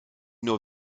nur